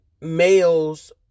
males